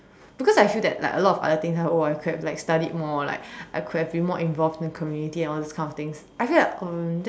because I feel that like a lot of other things oh I could've like studied more like I could have been more involved in community and all these kind of things I feel that um that's